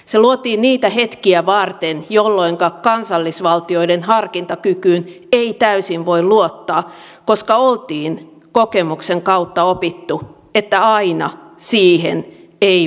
se luotiin niitä hetkiä varten jolloinka kansallisvaltioiden harkintakykyyn ei täysin voi luottaa koska oltiin kokemuksen kautta opittu että aina siihen ei voi luottaa